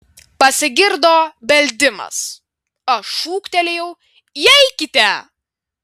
pasigirdo beldimas aš šūktelėjau įeikite